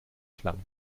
klang